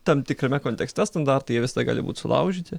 tam tikrame kontekste standartai jie visada gali būt sulaužyti